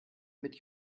mit